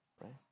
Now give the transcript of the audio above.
right